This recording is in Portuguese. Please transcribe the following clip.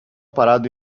parado